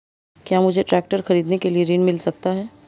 क्या मुझे ट्रैक्टर खरीदने के लिए ऋण मिल सकता है?